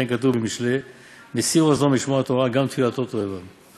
וכן כתוב במשלי 'מסיר אזנו משמוע תורה גם תפלתו תועבה".